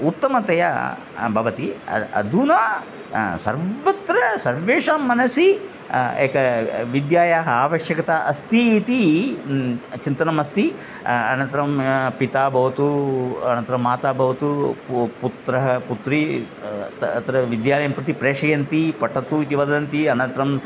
उत्तमतया भवति अधुना सर्वत्र सर्वेषां मनसि एका विद्यायाः आवश्यकता अस्ति इति चिन्तनम् अस्ति अनन्तरं पिता भवतु अनन्तरं माता भवतु पु पुत्रः पुत्री त अत्र विद्यालयं प्रति प्रेषयन्ति पठतु इति वदन्ति अनन्तरम्